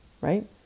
right